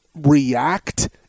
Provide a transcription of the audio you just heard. react